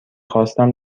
خواستم